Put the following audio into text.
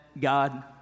God